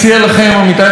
עמיתיי חברי הכנסת,